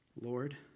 Lord